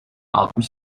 altmış